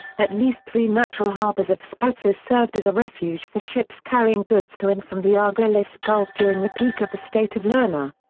at least three natural harbours of spetses served as a refuge for ships carrying goods to and from the argolis gulf during the peak of the state of lerna.